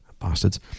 Bastards